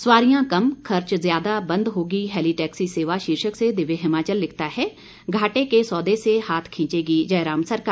सवारियां कम खर्च ज्यादा बंद होगी हेलीटैक्सी सेवा शीर्षक से दिव्य हिमाचल लिखता है घाटे के सौदे से हाथ खींचेगी जयराम सरकार